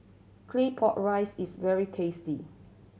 Claypot Rice is very tasty